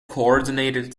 coordinated